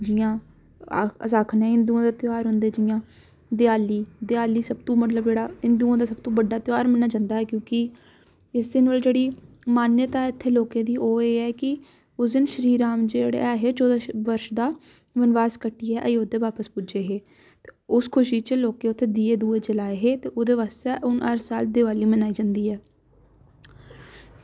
जि'यां अस आक्खने हिंदुएं दे ध्यार होंदे जि'यां देआसली देआली सब तू मतलब जेह्ड़ा हिंदुएं दा सब तू बड्डा ध्यार मनाया जंदा ऐ क्युंकि इसदी जेह्ड़ी मान्यता ऐ ओह् की इस दिन राम जी चौदहां वर्श बाद वनवास कट्टियै अयोध्या बापस पुज्जे हे ते उस खुशी च इत्थें लोकें दीऐ जलाये हे ते उस्सी हर साल देआली मनाई जंदी ऐ